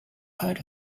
heard